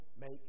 make